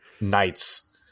knights